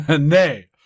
nay